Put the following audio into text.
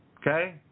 Okay